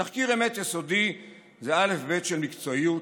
תחקיר אמת יסודי זה אלף-בית של מקצועיות,